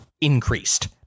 increased